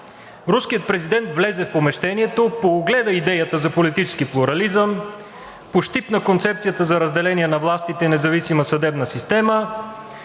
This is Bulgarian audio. Руският президент влезе в помещението, поогледа идеята за политически плурализъм, пощипна концепцията за разделението на властите и независимата съдебна система,